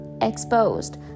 exposed